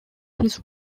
his